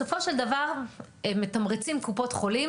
בסופו של דבר, מתמרצים קופות חולים